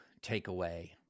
takeaway